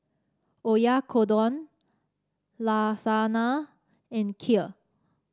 Oyakodon Lasagna and Kheer